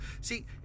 See